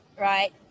Right